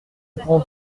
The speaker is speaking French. pouvons